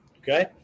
okay